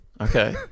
Okay